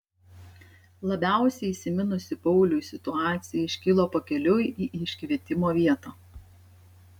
labiausiai įsiminusi pauliui situacija iškilo pakeliui į iškvietimo vietą